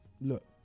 look